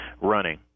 running